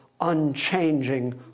unchanging